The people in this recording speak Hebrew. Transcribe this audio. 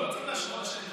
כבוד השר,